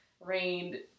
rained